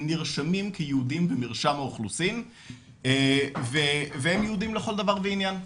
הם נרשמים כיהודים במרשם האוכלוסין והם יהודים לכל דבר ועניין.